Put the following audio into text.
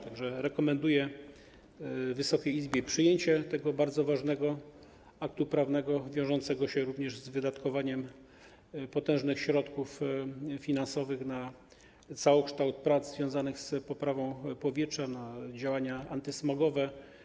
Tak że rekomenduję Wysokiej Izbie przyjęcie tego bardzo ważnego aktu prawnego wiążącego się również z wydatkowaniem potężnych środków finansowych na całokształt prac związanych z poprawą powietrza, na działania antysmogowe.